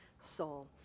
soul